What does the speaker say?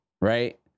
right